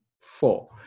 four